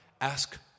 Ask